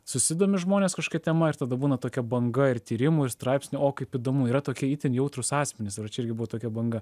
susidomi žmonės kažkokia tema ir tada būna tokia banga ir tyrimų ir straipsnių o kaip įdomu yra tokie itin jautrūs asmenys ir va čia irgi buvo tokia banga